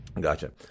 Gotcha